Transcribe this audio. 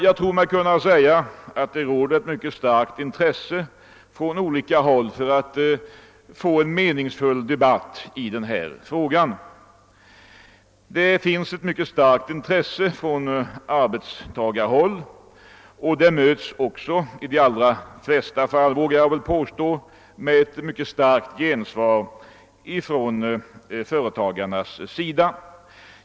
Jag tror mig kunna säga att det råder ett mycket starkt intresse från olika håll för att få en meningsfull debatt i denna fråga. Intresset från arbetstagarhåll är mycket stort, och jag vågar påstå att det i de allra flesta fall möts av ett starkt gensvar från arbetsgivarna.